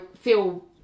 feel